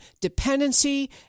dependency